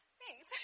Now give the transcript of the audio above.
Thanks